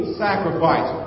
sacrifice